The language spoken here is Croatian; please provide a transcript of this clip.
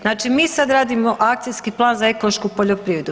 Znači, mi sad radimo akcijski plan za ekološku poljoprivredu.